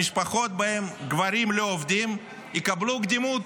המשפחות שבהן גברים לא עובדים יקבלו קדימות,